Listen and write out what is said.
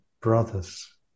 brothers